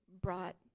brought